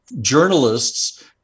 journalists